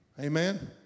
Amen